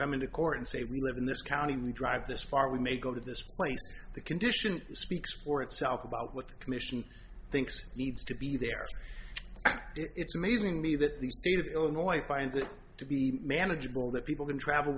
come into court and say we live in this county we drive this far we may go to this the condition speaks for itself about what the commission thinks needs to be there act it's amazing to me that the state of illinois finds it to be manageable that people can travel